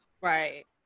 Right